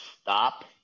stop